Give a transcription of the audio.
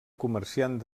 comerciant